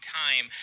time